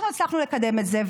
אנחנו הצלחנו לקדם את זה.